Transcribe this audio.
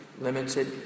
limited